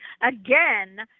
again